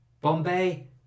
Bombay